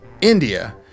India